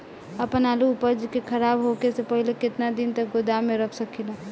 आपन आलू उपज के खराब होखे से पहिले केतन दिन तक गोदाम में रख सकिला?